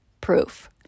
Proof